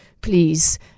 please